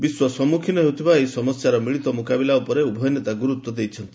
ବିଶ୍ୱ ସମ୍ମୁଖୀନ ହେଉଥିବା ଏହି ସମସ୍ୟାର ମିଳିତ ମୁକାବିଲା ଉପରେ ଉଭୟ ନେତା ଗୁରୁତ୍ୱ ଦେଇଛନ୍ତି